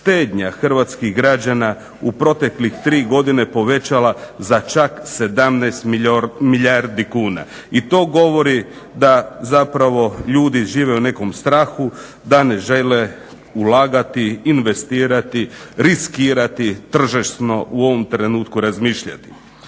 štednja hrvatskih građana u proteklih tri godine povećala za čak 17 milijardi kuna. I to govori da zapravo ljudi žive u nekom strahu, da ne žele ulagati, investirati, riskirati tržišno u ovom trenutku razmišljati.